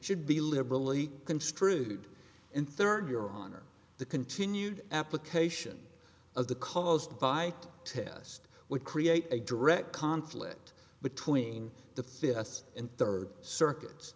should be liberally construed and third your honor the continued application of the caused by test would create a direct conflict between the fifth and third circuits